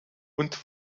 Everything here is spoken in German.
und